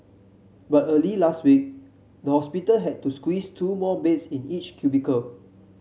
but early last week the hospital had to squeeze two more beds in each cubicle